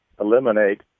eliminate